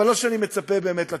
אבל לא שאני מצפה באמת לתשובות.